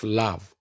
love